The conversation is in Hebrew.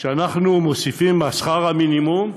כשאנחנו מוסיפים לשכר המינימום,